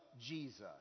Jesus